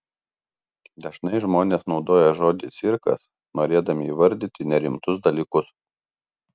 dažnai žmonės naudoja žodį cirkas norėdami įvardyti nerimtus dalykus